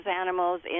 animals